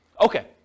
Okay